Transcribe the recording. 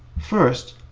first,